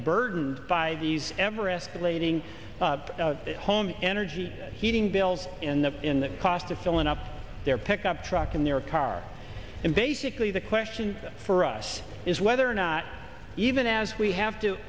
burdened by these ever escalating home energy heating bills in the in the cost of filling up their pickup truck and their car and basically the question for us is whether or not even as we have to